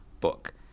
book